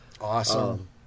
Awesome